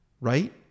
right